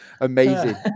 Amazing